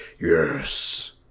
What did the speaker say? yes